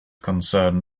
concerned